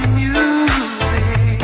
music